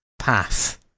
path